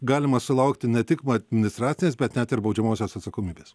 galima sulaukti ne tik administracinės bet net ir baudžiamosios atsakomybės